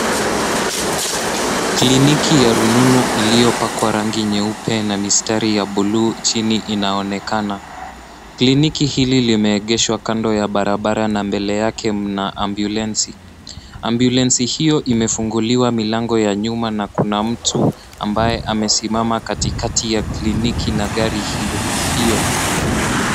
Kliniki ya rununu iliopakwa rangi nyeupe na mistari ya blue chini inaonekana. Kliniki hili limeegeshwa kando ya barabara na mbele yake mna ambulensi. Ambulensi hiyo imefunguliwa milango ya nyuma, na kuna mtu ambaye amesimama katikati ya kliniki na gari hilo, hiyo.